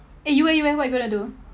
eh you eh you eh what you gonna do